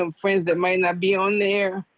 um friends that might not be on there.